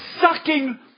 sucking